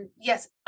Yes